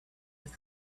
with